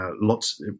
lots